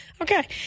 Okay